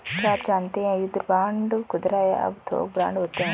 क्या आप जानते है युद्ध बांड खुदरा या थोक बांड होते है?